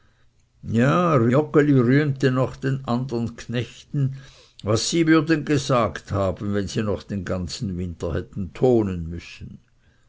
ja joggeli rühmte noch den andern knechten was sie wurden gesagt haben wenn sie noch den ganzen winter hätten tonen müssen